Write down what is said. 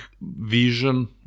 vision